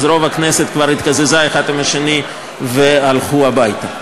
רוב חברי הכנסת כבר התקזזו האחד עם השני והלכו הביתה.